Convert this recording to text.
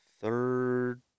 Third